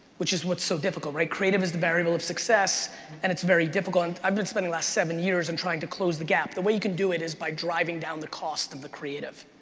which is what's so difficult, right? creative is the variable of success and it's very difficult. i've been spending the last seven years in trying to close the gap. the way you can do it is by driving down the cost of the creative.